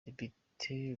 depite